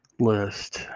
List